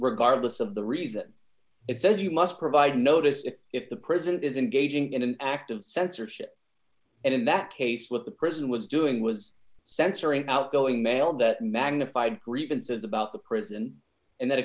regardless of the reason it says you must provide notice if if the president is engaging in an act of censorship and in that case what the president was doing was censoring outgoing mail that magnified grievances about the prison and that